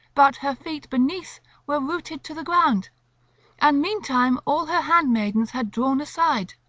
but her feet beneath were rooted to the ground and meantime all her handmaidens had drawn aside.